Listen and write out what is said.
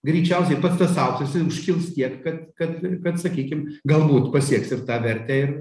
greičiausiai pats tas auksas užkils tiek kad kad kad sakykim galbūt pasieks ir tą vertę